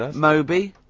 ah moby.